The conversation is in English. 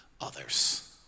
others